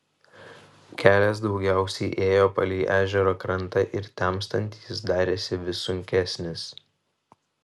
kelias daugiausiai ėjo palei ežero krantą ir temstant jis darėsi vis sunkesnis